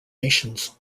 nations